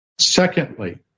Secondly